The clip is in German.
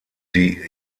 die